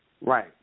Right